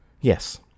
Yes